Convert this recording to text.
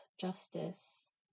justice